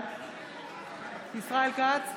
בעד ישראל כץ,